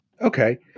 Okay